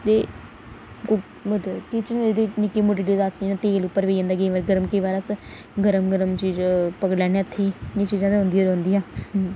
ते निक्की मुट्टी बारी तेल पेई जंदा उप्पर केईं बारी अस गर्म गर्म चीज़ पकड़ी लैने हत्थै ई ते एह् चीज़ां होंदियां रौहंदियां